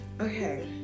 okay